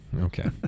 okay